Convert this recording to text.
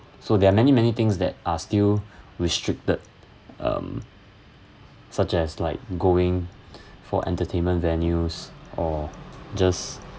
so there are many many things that are still restricted um such as like going for entertainment venues or just